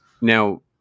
now